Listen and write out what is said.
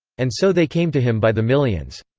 and so they came to him by the millions.